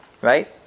right